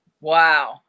Wow